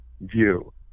view